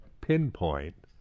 pinpoint